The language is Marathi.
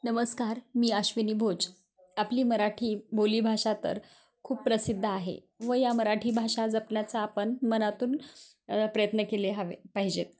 नमस्कार मी आश्विनी भोज आपली मराठी बोलीभाषा तर खूप प्रसिद्ध आहे व या मराठी भाषा जपण्याचा आपण मनातून प्रयत्न केले हवे पाहिजे आहेत